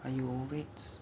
还有 rates